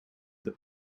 that